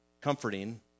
comforting